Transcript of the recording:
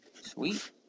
Sweet